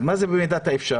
אז מה זה "במידת האפשר"?